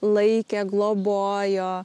laikė globojo